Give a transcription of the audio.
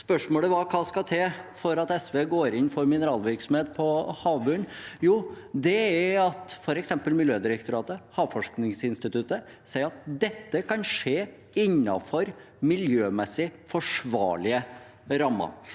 Hva skal til for at SV går inn for mineralvirksomhet på havbunnen? Jo, det er at f.eks. Miljødirektoratet og Havforskningsinstituttet sier at dette kan skje innenfor miljømessig forsvarlige rammer.